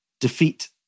Defeat